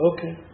Okay